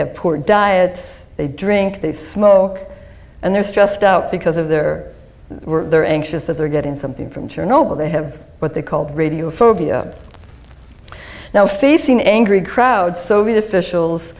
have poor diet they drink they smoke and they're stressed out because of their they're anxious that they're getting something from chernobyl they have what they called radio phobia now facing angry crowds soviet officials